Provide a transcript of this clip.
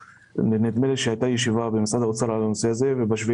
נדמה לי שהייתה ישיבה במשרד האוצר בנושא הזה וב-7